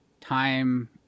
time